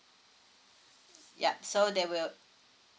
yup so they will